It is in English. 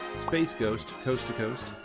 space ghost coast to coast,